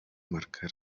marcar